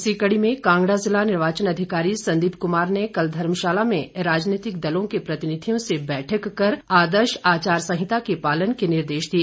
इसी कड़ी में कांगड़ा जिला निर्वाचन अधिकारी संदीप कुमार ने कल धर्मशाला में राजनीतिक दलों के प्रतिनिधियों से बैठक कर आदर्श आचार संहिता के पालन के निर्देश दिए